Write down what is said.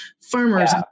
farmers